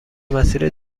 مسیر